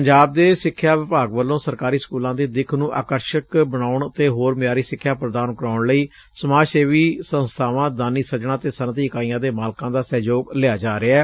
ਪੰਜਾਬ ਦੇ ਸਿਖਿਆ ਵਿਭਾਗ ਵਲੋਂ ਸਰਕਾਰੀ ਸਕੁਲਾਂ ਦੀ ਦਿੱਖ ਨੂੰ ਆਕਰਸਕ ਬਣਾਉਣ ਅਤੇ ਹੋਰ ਮਿਆਰੀ ਸਿਖਿਆ ਪ੍ਰਦਾਨ ਕਰਵਾਉਣ ਲਈ ਸਮਾਜ ਸੇਵੀ ਸੰਸਬਾਵਾਂ ਦਾਨੀ ਸੱਜਣਾਂ ਅਤੇ ਸੱਨਅਤੀ ਇਕਾਈਆਂ ਦੇ ਮਾਲਕਾਂ ਦਾ ਸਹਿਯੋਗ ਲਿਆ ਜਾ ਰਿਹੈ